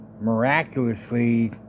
...miraculously